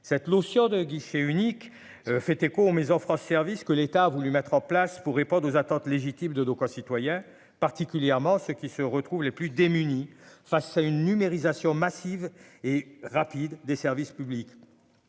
cette lotion de guichet unique fait écho aux mais France service que l'État a voulu mettre en place pour répondre aux attentes légitimes de nos concitoyens, particulièrement ceux qui se retrouvent les plus démunis face à une numérisation massive et rapide des services publics,